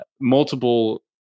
multiple